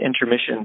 intermission